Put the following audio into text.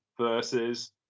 versus